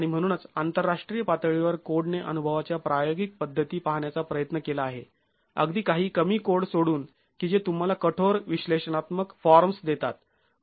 आणि म्हणूनच आंतरराष्ट्रीय पातळीवर कोडने अनुभवाच्या प्रायोगिक पद्धती पाहण्याचा प्रयत्न केला आहे अगदी काही कमी कोड सोडून की जे तुम्हाला कठोर विश्लेषणात्मक फॉर्म्स् देतात